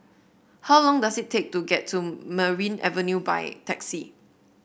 how long does it take to get to Merryn Avenue by taxi